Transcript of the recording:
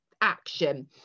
action